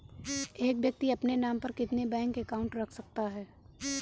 एक व्यक्ति अपने नाम पर कितने बैंक अकाउंट रख सकता है?